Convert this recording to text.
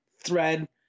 thread